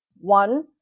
one